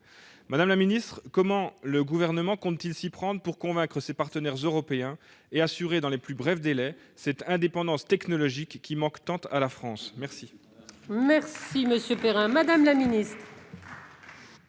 Madame la ministre, comment le Gouvernement compte-t-il s'y prendre pour convaincre ses partenaires européens et assurer, dans les plus brefs délais, cette indépendance technologique qui manque tant à la France ? La parole est à Mme la ministre